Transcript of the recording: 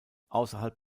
ausserhalb